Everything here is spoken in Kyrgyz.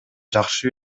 жакшы